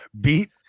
beat